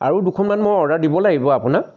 আৰু দুখনমান মই অৰ্ডাৰ দিব লাগিব আপোনাক